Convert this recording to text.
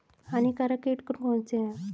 हानिकारक कीट कौन कौन से हैं?